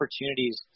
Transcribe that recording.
opportunities